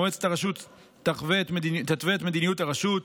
מועצת הרשות תתווה את מדיניות הרשות,